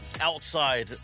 outside